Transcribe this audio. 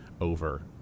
over